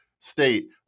State